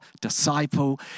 disciple